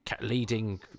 leading